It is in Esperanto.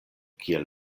kiel